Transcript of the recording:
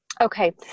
Okay